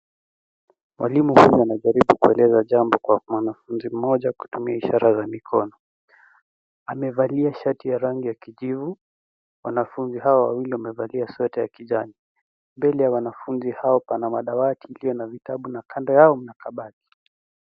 Mwalimu mmoja anajaribu kueleza jambo kwa mwanafunzi mmoja kutumia ishara za mikono. Amevalia shati ya rangi ya kijivu, wanafunzi hao wawili wamevalia sweta ya kijani. Mbele ya wanafunzi hao pana madawati iliyo na vitabu na kando yao mna kabati.